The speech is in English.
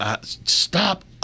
stop